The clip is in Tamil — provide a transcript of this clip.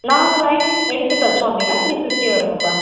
நாங்கள் லைனிங் எடுத்து தச்சோம் அப்படின்னா த்ரீ ஃபிஃப்டி வருங்கப்பா